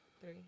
three